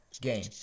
game